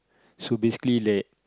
so basically that